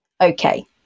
okay